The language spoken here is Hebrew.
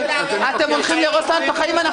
אתם הולכים להרוס לנו את החיים.